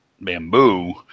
bamboo